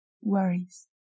worries